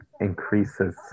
increases